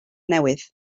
newydd